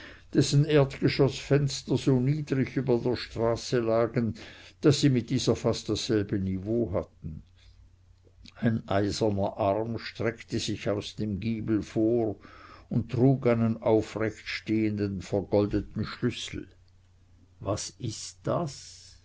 dessen erdgeschoßfenster so niedrig über der straße lagen daß sie mit dieser fast dasselbe niveau hatten ein eiserner arm streckte sich aus dem giebel vor und trug einen aufrechtstehenden vergoldeten schlüssel was ist das